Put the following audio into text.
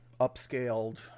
upscaled